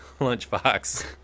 Lunchbox